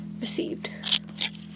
Received